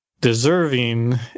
deserving